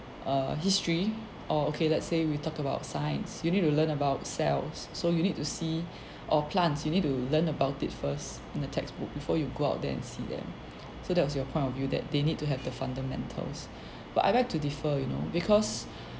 err history or okay let's say we talk about science you need to learn about cells so you need to see or plants you need to learn about it first in a textbook before you go out there and see them so that was your point of view that they need to have the fundamentals but I beg to differ you know because